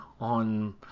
on